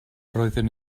roedden